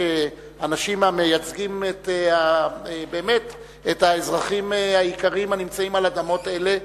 כאנשים המייצגים באמת את האזרחים היקרים הנמצאים על אדמות אלה,